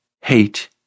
hate